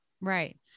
Right